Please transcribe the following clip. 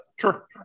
sure